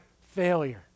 failure